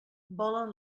volen